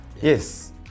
Yes